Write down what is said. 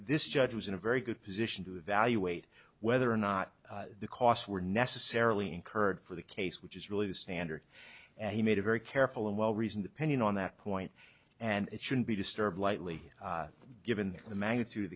this judge was in a very good position to evaluate whether or not the costs were necessarily incurred for the case which is really the standard and he made a very careful and well reasoned opinion on that point and it shouldn't be disturbed lightly given the magnitude of